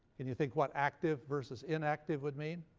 you think what active versus inactive would mean?